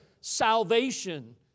salvation